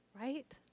right